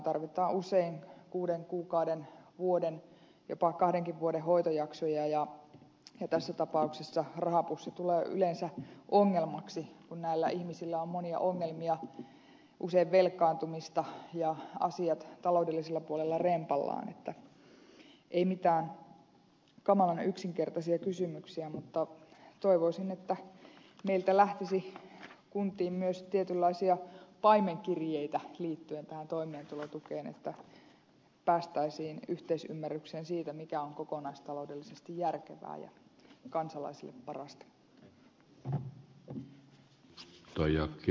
tarvitaan usein kuuden kuukauden vuoden jopa kahdenkin vuoden hoitojaksoja ja tässä tapauksessa rahapussi tulee yleensä ongelmaksi kun näillä ihmisillä on monia ongelmia usein velkaantumista ja asiat taloudellisella puolella rempallaan että ei mitään kamalan yksinkertaisia kysymyksiä mutta toivoisin että meiltä lähtisi kuntiin myös tietynlaisia paimenkirjeitä liittyen tähän toimeentulotukeen että päästäisiin yhteisymmärrykseen siitä mikä on kokonaistaloudellisesti järkevää ja kansalaisille parasta